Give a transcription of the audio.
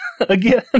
again